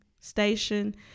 station